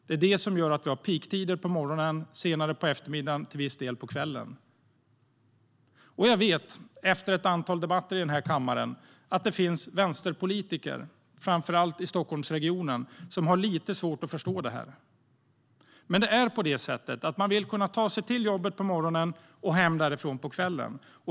Det är detta som gör att vi har peaktider på morgonen, senare på eftermiddagen och till viss del på kvällen. Jag vet efter ett antal debatter här i kammaren att det finns vänsterpolitiker, framför allt i Stockholmsregionen, som har lite svårt att förstå det här. Men det är på det sättet att man vill kunna ta sig till jobbet på morgonen och hem därifrån på kvällen.